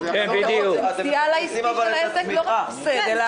לא רק הפסד אלא פוטנציאל.